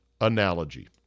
analogy